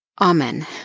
Amen